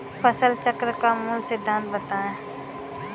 फसल चक्र का मूल सिद्धांत बताएँ?